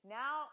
now